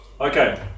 Okay